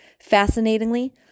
Fascinatingly